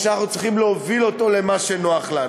או שאנחנו צריכים להוביל אותו למה שנוח לנו.